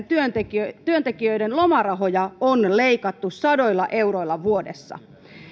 työntekijöiden työntekijöiden lomarahoja on leikattu sadoilla euroilla vuodessa